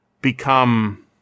become